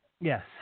Yes